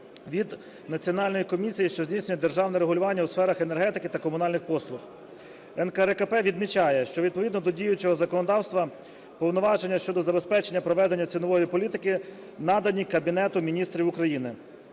від Національної комісії, що здійснює державне регулювання у сферах енергетики та комунальних послуг. НКРЕКП відмічає, що, відповідно до діючого законодавства, повноваження щодо забезпечення проведення цінової політики надані Кабінету Міністрів України.